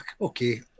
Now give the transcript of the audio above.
Okay